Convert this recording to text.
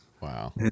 Wow